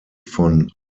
von